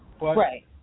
Right